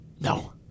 No